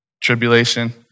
Tribulation